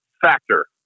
factor